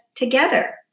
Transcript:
together